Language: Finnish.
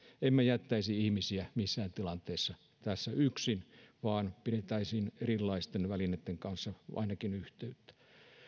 emme jättäisi ihmisiä missään tilanteessa tässä yksin vaan pidettäisiin erilaisten välineitten kautta ainakin yhteyttä